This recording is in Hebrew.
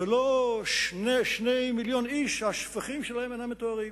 ולא 2 מיליוני איש שהשפכים שלהם אינם מטוהרים.